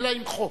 אלא עם חוק.